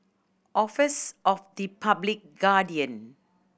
office of the Public Guardian